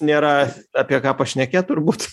nėra apie ką pašnekėt turbūt